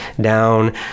down